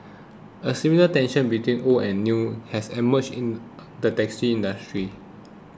a similar tension between old and new has emerged in the taxi industry